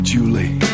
Julie